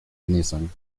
nissan